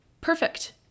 perfect